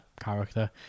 character